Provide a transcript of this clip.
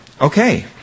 okay